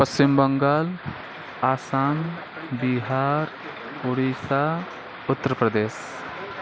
Paschim Bangal Assam Bihar Odisha Uttar Pradesh